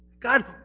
God